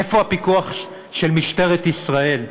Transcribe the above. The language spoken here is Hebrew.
איפה הפיקוח של משטרת ישראל?